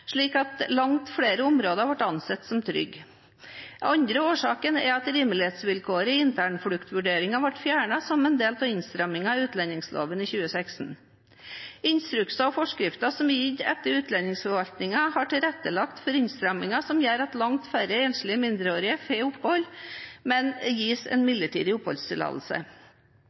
slik at langt flere områder ble ansett som trygge. Den andre årsaken er at rimelighetshetsvilkåret i internfluktvurderingen ble fjernet som del av innstrammingene i utlendingsloven i 2016. Instrukser og forskriftsendringer som er gitt til utlendingsforvaltningen, har tilrettelagt for innstramminger som gjør at langt færre enslige mindreårige asylsøkere får opphold, men gis midlertidig oppholdstillatelse.